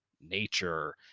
nature